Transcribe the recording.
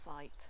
site